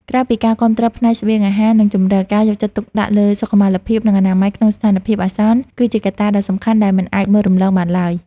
ក្រៅពីការគាំទ្រផ្នែកស្បៀងអាហារ និងជម្រក ការយកចិត្តទុកដាក់លើសុខុមាលភាព និងអនាម័យក្នុងស្ថានភាពអាសន្ន គឺជាកត្តាដ៏សំខាន់ដែលមិនអាចមើលរំលងបានឡើយ។